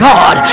God